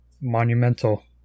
monumental